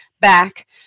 back